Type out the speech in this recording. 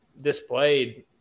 displayed